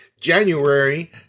January